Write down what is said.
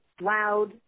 loud